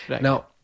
Now